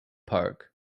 park